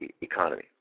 economy